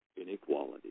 inequality